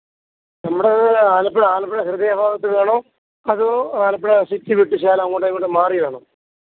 നമ്മുടെ ആലപ്പുഴ ആലപ്പുഴ ഹൃദയഭാഗത്ത് വേണോ അതോ ആലപ്പുഴ സിറ്റി വിട്ട് ശകലം അങ്ങോട്ടോ ഇങ്ങോട്ടോ മാറി വേണോ